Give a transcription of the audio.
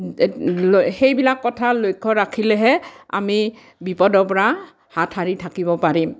সেইবিলাক কথা লক্ষ্য ৰাখিলেহে আমি বিপদৰ পৰা হাত সাৰি থাকিব পাৰিম